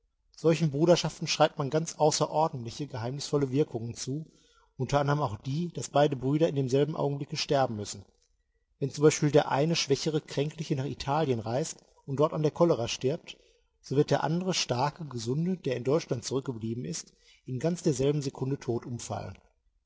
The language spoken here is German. solchen bruderschaften schreibt man ganz außerordentliche geheimnisvolle wirkungen zu unter anderm auch die daß beide brüder in demselben augenblicke sterben müssen wenn z b der eine schwächere kränkliche nach italien reist und dort an der cholera stirbt so wird der andere starke gesunde der in deutschland zurückgeblieben ist in ganz derselben sekunde tot umfallen